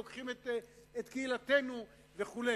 לוקחים את קהילתנו וכו'.